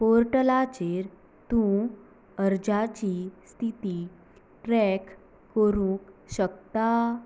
पोर्टलाचेर तूं अर्जाची स्थिती ट्रॅक करूंक शकता